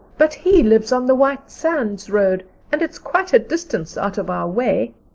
but he lives on the white sands road and it's quite a distance out of our way,